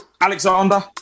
Alexander